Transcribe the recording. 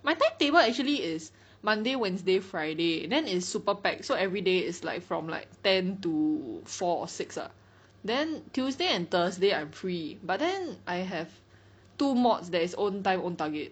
my timetable actually is Monday Wednesday Friday then it's super pack so everyday is like from like ten to four or six ah then Tuesday and Thursday I'm free but then I have two mods that is own time own target